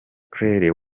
claire